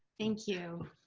thank you.